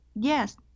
Yes